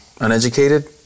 uneducated